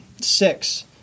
six